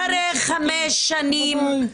אחרי חמש שנים,